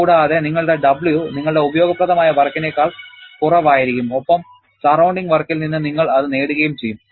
കൂടാതെ നിങ്ങളുടെ W നിങ്ങളുടെ ഉപയോഗപ്രദമായ വർക്കിനെക്കാൾ കുറവായിരിക്കും ഒപ്പം സറൌണ്ടിങ് വർക്കിൽ നിന്ന് നിങ്ങൾ അത് നേടുകയും ചെയ്യും